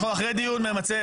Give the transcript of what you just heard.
אנחנו אחרי דיון ממצה.